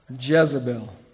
Jezebel